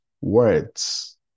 words